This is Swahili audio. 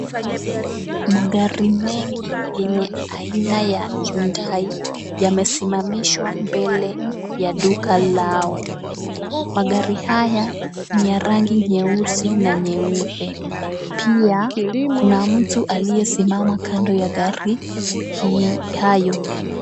Magari mengi yenye aina ya Hyundai yamesimamishwa mbele ya duka lao. Magari haya ni ya rangi nyeusi na nyeupe. Pia, kuna mtu aliyesimama kando ya gari hayo.